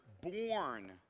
Born